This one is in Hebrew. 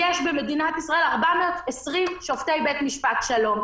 יש במדינת ישראל 420 שופטים בית-משפט שלום,